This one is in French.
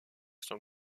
son